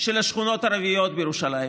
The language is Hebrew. של השכונות הערביות בירושלים,